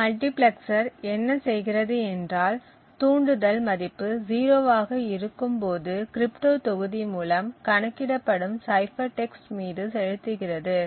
multiplexer என்ன செய்கிறது என்றால் தூண்டுதல் மதிப்பு 0 ஆக இருக்கும் போது கிரிப்டோ தொகுதி மூலம் கணக்கிடப்படும் சைபர் டெக்ஸ்ட் மீது செலுத்துகிறது